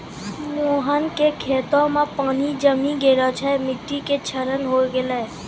मोहन के खेतो मॅ पानी जमी गेला सॅ मिट्टी के क्षरण होय गेलै